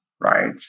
right